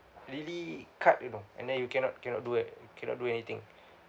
really cut you know and then you cannot cannot do a~ cannot do anything